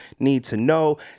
NEEDTOKNOW